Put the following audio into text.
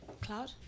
cloud